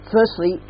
Firstly